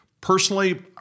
Personally